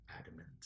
adamant